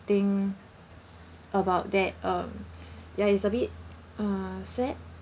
think about that um ya it's a bit uh sad